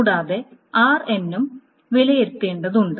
കൂടാതെ rn ഉം വിലയിരുത്തേണ്ടതുണ്ട്